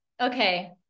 Okay